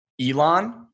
Elon